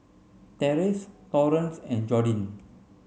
Terese Torrance and Jordin